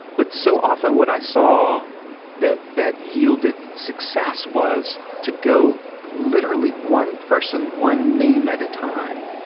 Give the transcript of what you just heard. but so often what i saw that that yielded success was to go literally one person, one name at a time.